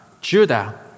Judah